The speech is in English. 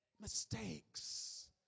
mistakes